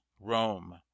rome